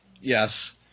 Yes